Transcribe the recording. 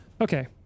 Okay